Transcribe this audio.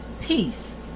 peace